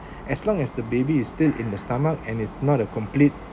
as long as the baby is still in the stomach and it's not a complete